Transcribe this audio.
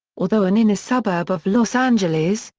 although an inner suburb of los angeles,